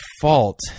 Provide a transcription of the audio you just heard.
fault